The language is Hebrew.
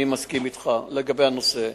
אני מסכים אתך לגבי הנושא.